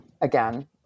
Again